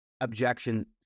objection